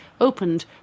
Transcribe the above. opened